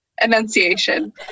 enunciation